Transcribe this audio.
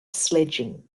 sledging